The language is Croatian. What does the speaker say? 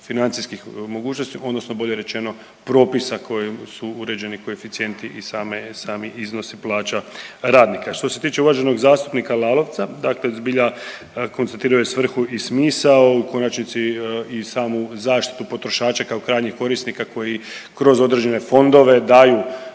financijskim mogućnosti odnosno bolje rečeno propisa kojim su uređeni koeficijenti i sami iznosi plaća radnika. Što se tiče uvaženog zastupnika Lalovca, dakle zbilja, konstatirao je svrhu i smisao, u konačnici i samu zaštitu potrošača kao krajnjih korisnika koji kroz određene fondove daju